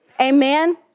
Amen